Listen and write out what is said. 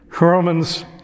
Romans